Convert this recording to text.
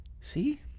See